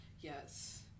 yes